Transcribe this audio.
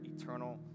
eternal